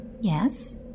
Yes